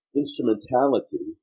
instrumentality